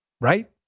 right